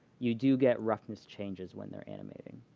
you do get roughness changes when they're animating.